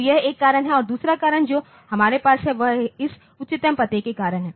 तो यह एक कारण है और दूसरा कारण जो हमारे पास है वह इस उच्चतम पते के कारण है